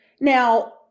Now